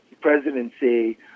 presidency